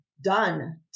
done